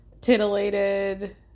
titillated